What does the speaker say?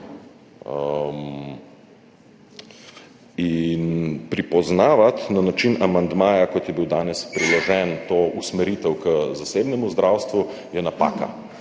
Pripoznavati na način amandmaja, kot je bil danes priložen, to usmeritev k zasebnemu zdravstvu je napaka.